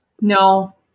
No